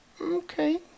Okay